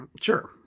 Sure